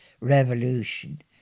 revolution